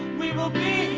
we will be